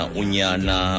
unyana